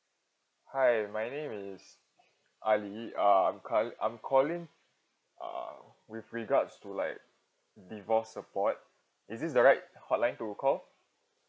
hi my name is ali uh I'm cu~ I'm calling uh with regards to like divorce support is this the right hotline to call